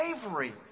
slavery